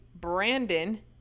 Brandon